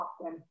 often